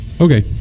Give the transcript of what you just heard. Okay